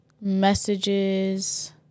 messages